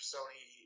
Sony